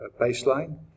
baseline